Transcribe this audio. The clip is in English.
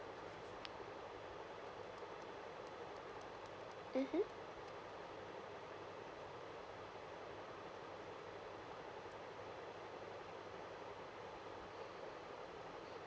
mmhmm